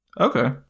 okay